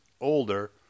older